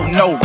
no